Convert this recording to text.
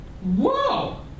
Whoa